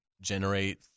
generate